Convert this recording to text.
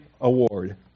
award